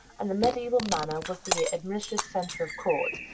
and the medieval manor was the administrative center of court,